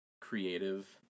creative